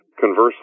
Conversely